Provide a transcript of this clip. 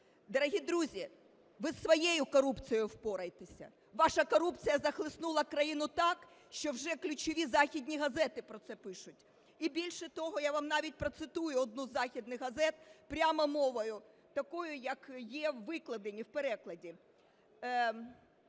Дорогі друзі, ви зі своєю корупцією впорайтеся. Ваша корупція захлиснула країну так, що вже ключові західні газети про це пишуть. І, більше того, я вам навіть процитую одну із західних газет прямо мовою такою, як є викладено у перекладі: